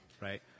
right